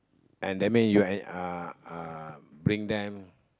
and that mean you uh uh bring them